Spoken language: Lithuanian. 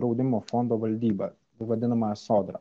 draudimo fondo valdybą vadinamąją sodrą